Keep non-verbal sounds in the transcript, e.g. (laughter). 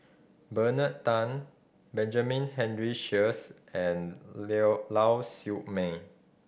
Bernard Tan Benjamin Henry Sheares and (unintelligible) Lau Siew Mei